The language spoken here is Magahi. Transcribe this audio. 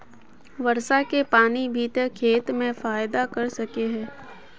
वर्षा के पानी भी ते खेत में फायदा कर सके है?